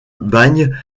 bagne